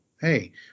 hey